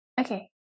Okay